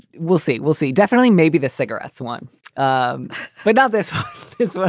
we'll see. we'll see. definitely. maybe the cigarettes one um but ah this this one.